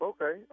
Okay